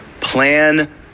Plan